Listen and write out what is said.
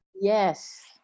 Yes